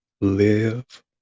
Live